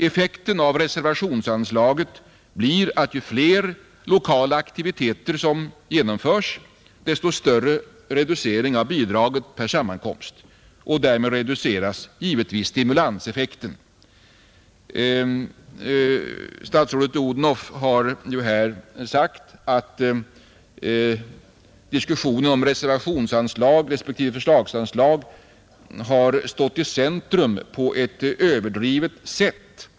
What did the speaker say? Effekten av reservationsan slaget blir att ju fler lokala aktiviteter som genomförs, desto större blir reduceringen av bidraget per sammankomst. Därmed reduceras givetvis stimulanseffekten. Statsrådet Odhnoff har sagt att diskussionen om reservationsanslag respektive förslagsanslag har stått i centrum på ett överdrivet sätt.